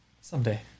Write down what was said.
Someday